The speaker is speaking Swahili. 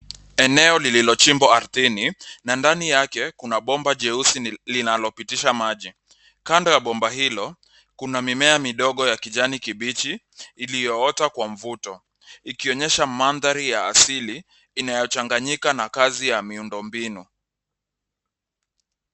Eneo lililochimbwa ardhini na ndani yake kuna bomba jeusi linalopitisha maji. Kando ya bomba hilo kuna mimea midogo ya kijani kibichi iliyoota kwa mvuto ikionyesha mandhari ya asili inayochanganyika na kazi ya miundo mbinu.